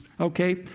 okay